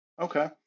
Okay